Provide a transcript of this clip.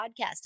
podcast